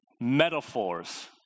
metaphors